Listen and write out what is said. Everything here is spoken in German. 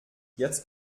jetzt